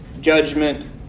judgment